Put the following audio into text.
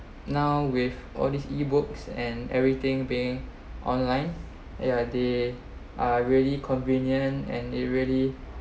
now with all these E books and everything being online yeah they are really convenient and they really